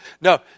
No